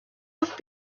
have